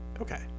Okay